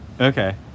Okay